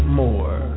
more